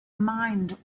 mind